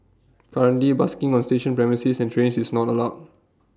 currently busking on station premises and trains is not allowed